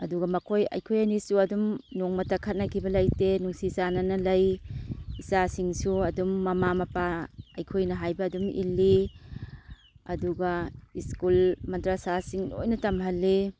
ꯑꯗꯨꯒ ꯃꯈꯣꯏ ꯑꯩꯈꯣꯏ ꯑꯅꯤꯁꯨ ꯑꯗꯨꯝ ꯅꯣꯡꯃꯇ ꯈꯠꯅꯈꯤꯕ ꯂꯩꯇꯦ ꯅꯨꯡꯁꯤ ꯆꯥꯟꯅꯅ ꯂꯩ ꯏꯆꯥꯁꯤꯡꯁꯨ ꯑꯗꯨꯝ ꯃꯃꯥ ꯃꯄꯥ ꯑꯩꯈꯣꯏꯅ ꯍꯥꯏꯕ ꯑꯗꯨꯝ ꯏꯜꯂꯤ ꯑꯗꯨꯒ ꯁ꯭ꯀꯨꯜ ꯃꯥꯗ꯭ꯔꯥꯁꯥꯁꯤꯡ ꯂꯣꯏꯅ ꯇꯝꯍꯜꯂꯤ